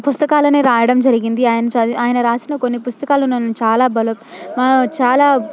పుస్తకాలనే రాయడం జరిగింది ఆయన చది ఆయన రాసిన కొన్ని పుస్తకాలు నన్ను చాలా బలో చాలా